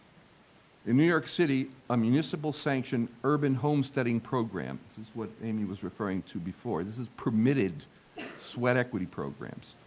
in new york city a municipal sanction urban homesteading program, this is what amy was referring to before, this is permitted sweat equity programs.